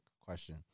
question